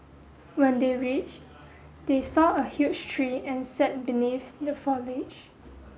when they reached they saw a huge tree and sat beneath the foliage